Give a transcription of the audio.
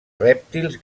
rèptils